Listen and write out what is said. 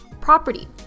property